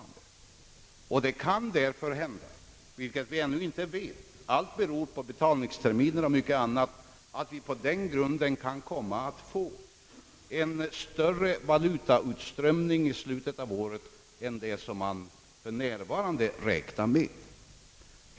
Det kan därför hända — därom vet vi ingenting, ty allt beror på betalningsterminer och mycket annat — att vi på den grund kan komma att få en större valutautströmning i slutet av året än man för närvarande räknar med.